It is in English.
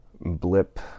blip